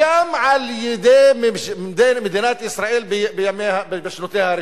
וגם על-ידי מדינת ישראל בשנותיה הראשונות.